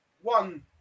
One